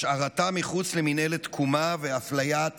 השארתה מחוץ למינהלת תקומה ואפליית